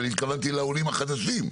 אני התכוונתי לעולים החדשים.